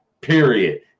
period